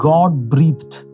God-breathed